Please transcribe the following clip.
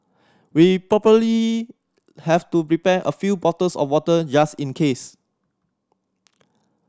we probably have to prepare a few bottles of water just in case